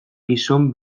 gizon